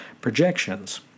projections